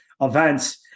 events